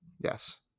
Yes